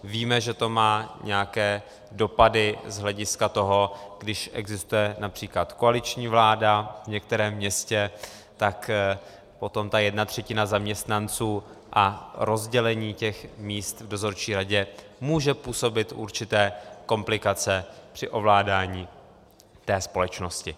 Víme, že to má nějaké dopady i z toho hlediska, když existuje například koaliční vláda v některém městě, tak potom ta jedna třetina zaměstnanců a rozdělení míst v dozorčí radě může působit určité komplikace při ovládání té společnosti.